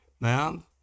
Now